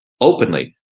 Openly